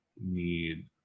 need